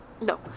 No